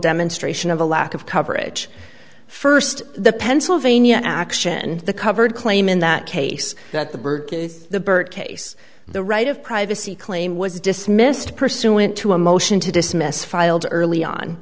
demonstration of a lack of coverage first the pennsylvania action the covered claim in that case that the burka is the birth case the right of privacy claim was dismissed pursuant to a motion to dismiss filed early on